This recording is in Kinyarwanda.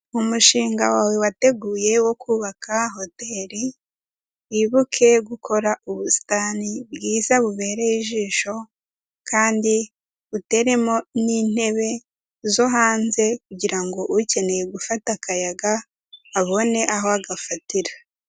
Umushinga wawe wateguye wo kubaka hoteli wibuke gukora ubusitani bwiza bubereye ijisho kandi uteremo n'intebe zo hanze kugira ngo ukeneye gufata akayaga abone aho agafatira.